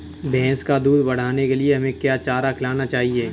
भैंस का दूध बढ़ाने के लिए हमें क्या चारा खिलाना चाहिए?